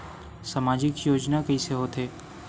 सामजिक योजना कइसे होथे?